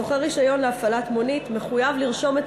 שוכר רישיון להפעלת מונית מחויב לרשום את